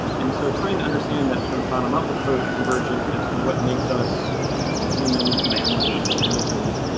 and so, trying to understand that sort of bottom-up approach convergent as to what makes us humans, mammals, organisms,